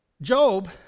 Job